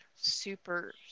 super